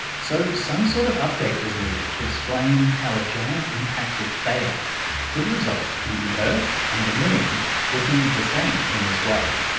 so some sort of update was needed to explain how a giant impact with theia could result in the earth and the moon looking the same in this way,